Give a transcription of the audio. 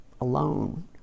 alone